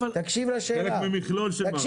חלק ממכלול של מערכות.